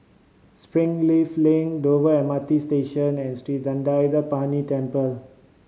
Springleaf Link Dover M R T Station and Sri Thendayuthapani Temple